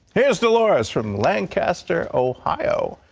here is dolores from lancaster, ohio.